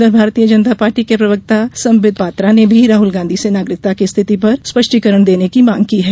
उधर भारतीय जनता पार्टी के प्रवक्ता संबित पात्रा ने भी राहल गांधी से नागरिकता की स्थिति पर स्पष्टीकरण देने की मांग की है